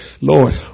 Lord